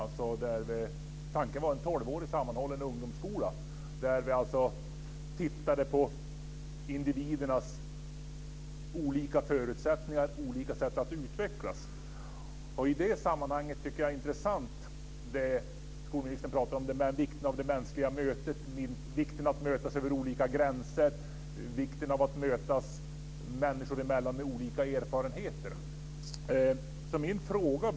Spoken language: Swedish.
Tanken var en tolvårig sammanhållen ungdomsskola. Vi tittade på individernas olika förutsättningar och olika sätt att utvecklas. I det sammanhanget tycker jag att det skolministern säger om vikten av det mänskliga mötet, vikten av att mötas över olika gränser och vikten av att människor med olika erfarenheter möts är intressant.